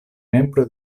membro